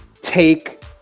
take